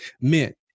meant